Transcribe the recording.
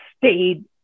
stayed